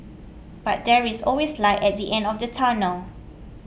but there is always light at the end of the tunnel